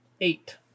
Eight